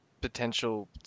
potential